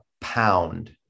pound